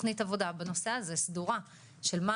שנקדם את השיח בינכם לביננו ובין לשכת השר בנושא הזה ואני מצטער שאני